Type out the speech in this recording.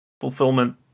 fulfillment